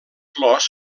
flors